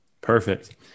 Perfect